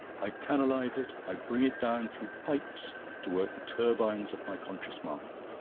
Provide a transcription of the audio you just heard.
i canalise it. i bring it down through pipes to work the turbines of my conscious mind.